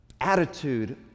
Attitude